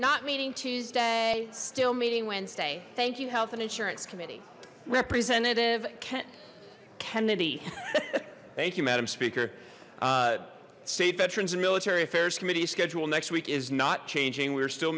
not meeting tuesday still meeting wednesday thank you health and insurance committee representative kennedy thank you madam speaker state veterans and military affairs committee scheduled next week is not changing we are still